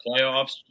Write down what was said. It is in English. playoffs